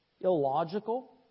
illogical